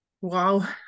Wow